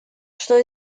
что